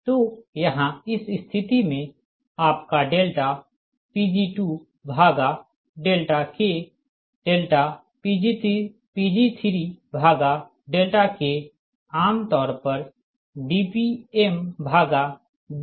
तो यहाँ इस स्थिति में आपका डेल्टा Pg2भागा डेल्टा k डेल्टा Pg3भागा डेल्टा k आम तौर पर dPm भागा dk